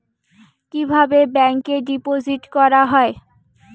কিভাবে ব্যাংকে ডিপোজিট করা হয়?